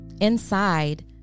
Inside